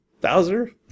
Bowser